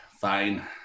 fine